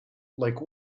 like